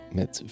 met